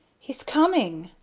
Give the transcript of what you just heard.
he's coming,